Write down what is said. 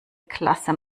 klasse